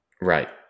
Right